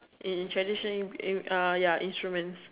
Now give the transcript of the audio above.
in traditional uh ya instruments